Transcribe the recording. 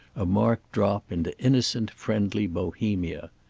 a marked drop into innocent friendly bohemia.